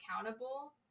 accountable